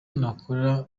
nakoraga